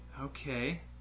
Okay